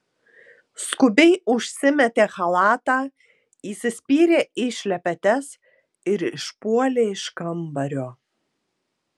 skubiai užsimetė chalatą įsispyrė į šlepetes ir išpuolė iš kambario